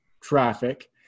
traffic